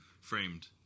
framed